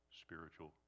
spiritual